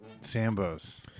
Sambo's